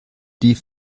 die